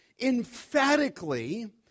emphatically